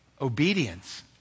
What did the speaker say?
obedience